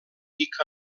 pic